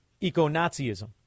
eco-Nazism